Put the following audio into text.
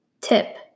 Tip